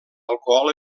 alcohol